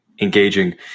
engaging